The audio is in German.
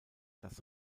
das